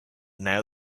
now